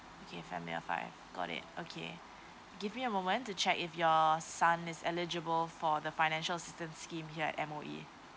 okay family of five got it okay give me a moment to check if your son is eligible for the financial assistance scheme here at M_O_E